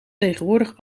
tegenwoordig